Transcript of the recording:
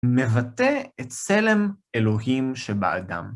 מבטא את צלם אלוהים שבאדם.